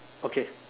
okay